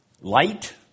light